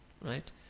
Right